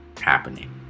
happening